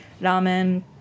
ramen